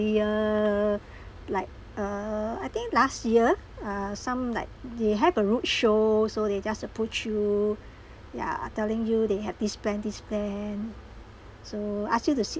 like uh I think last year uh some like they have a roadshow so they just approach you yeah ah telling you they have this plan this plan so ask you to sit